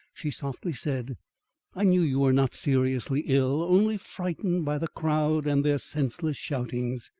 she softly said i knew you were not seriously ill, only frightened by the crowd and their senseless shoutings.